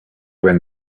when